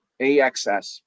axs